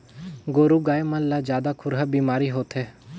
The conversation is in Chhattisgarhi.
गोरु गाय मन ला जादा खुरहा बेमारी होथे